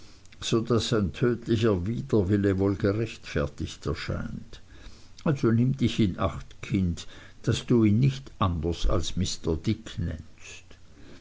so daß sein tödlicher widerwille wohl gerechtfertigt erscheint also nimm dich in acht kind daß du ihn nicht anders als mr dick nennst